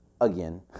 again